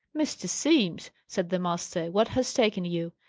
mr. simms, said the master, what has taken you?